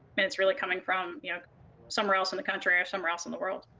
and it's really coming from yeah somewhere else in the country or somewhere else in the world.